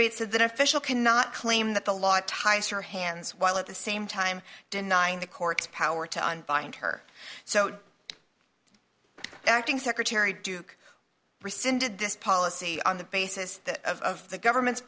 that official cannot claim that the law ties her hands while at the same time denying the court's power to unbind her so acting secretary duke rescinded this policy on the basis of the government's